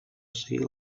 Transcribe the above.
seguir